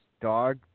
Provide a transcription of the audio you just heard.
dog